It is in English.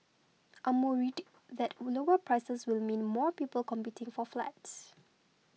I'm worried that lower prices will mean more people competing for flats